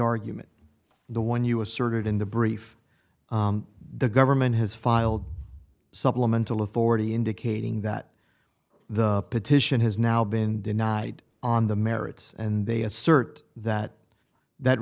argument the one you asserted in the brief the government has filed supplemental authority indicating that the petition has now been denied on the merits and they assert that that